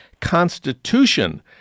Constitution